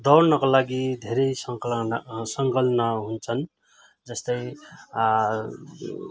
दौड्नको लागि धेरै सङलना सङ्लग्न हुन्छन् जस्तै